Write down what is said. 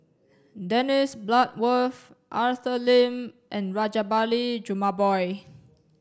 Dennis Bloodworth Arthur Lim and Rajabali Jumabhoy